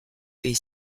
est